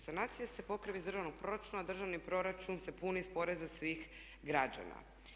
Sanacija se pokriva iz državnog proračuna, državni proračun se puni iz poreza svih građana.